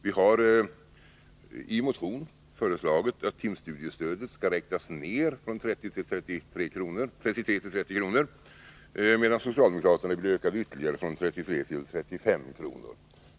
Vi har i motion föreslagit att timstudiestödet skall räknas ned från 33 till 30 kr., medan socialdemokraterna vill öka det ytterligare från 33 till 35 kr.